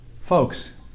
Folks